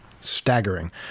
Staggering